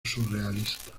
surrealista